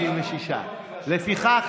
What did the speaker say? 56. לפיכך,